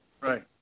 Right